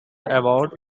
about